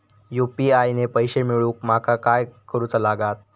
UPI ने पैशे मिळवूक माका काय करूचा लागात?